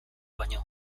baino